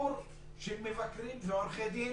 ביקור של מבקרים ועורכי דין